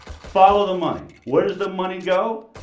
follow the money. where does the money go?